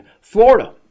Florida